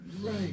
right